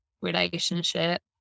relationship